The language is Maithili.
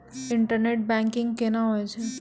इंटरनेट बैंकिंग कोना होय छै?